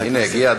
בבקשה, אדוני.